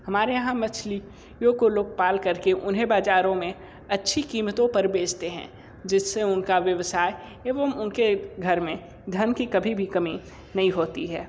हमारे यहाँ मछली यों को लोग पाल करके उन्हें बाज़ारों में अच्छी क़ीमतों पर बेचते हैं जिससे उनका व्यवसाय एवं उनके घर में धन की कभी भी कमी नहीं होती है